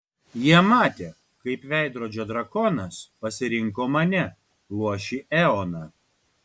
jie matė kaip veidrodžio drakonas pasirinko mane luošį eoną